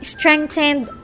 Strengthened